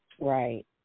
Right